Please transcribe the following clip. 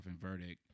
verdict